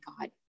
God